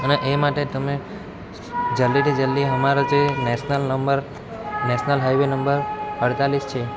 અને એ માટે તમે જલ્દીથી જલ્દી અમારો જે national number national highway number અડતાલીસ છે